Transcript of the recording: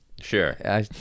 sure